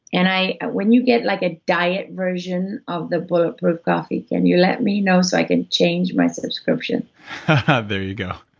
and and when you get like a diet version of the bulletproof copy, can you let me know so i can change my subscription there you go